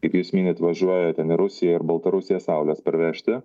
kaip jūs minit važiuoja ten į rusiją ir baltarusiją saulės parvežti